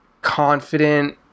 confident